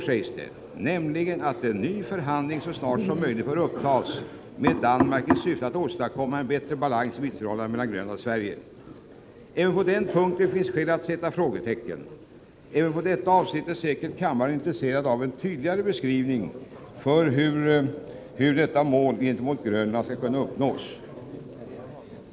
Reservanterna säger nämligen ”att en ny förhandling så snart som möjligt bör upptas med Danmark i syfte att åstadkomma en bättre balans i handelsförhållandet mellan Grönland och Sverige”. Även på denna punkt finns skäl att sätta frågetecken. Kammaren är säkert intresserad av en tydligare beskrivning också när det gäller hur detta mål skall kunna uppnås.